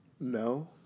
No